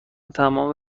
تمام